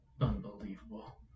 Unbelievable